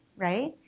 right,